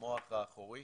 במוח האחורי,